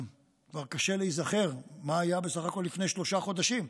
כבר קשה להיזכר מה היה בסך הכול לפני שלושה חודשים,